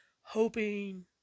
hoping